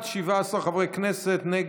ההצעה להעביר את הצעת חוק סיוע לקטינים